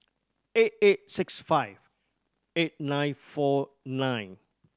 eight eight six five eight nine four nine